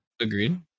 Agreed